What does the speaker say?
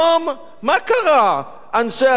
מה קרה, אנשי השמאל?